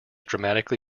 dramatically